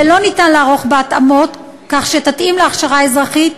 ואין אפשרות לערוך בה התאמות כך שתתאים להכשרה האזרחית,